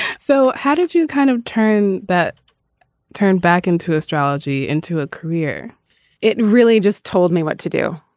so how did you kind of turn that turn back into astrology into a career it really just told me what to do.